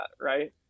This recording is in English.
right